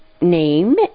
name